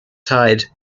tied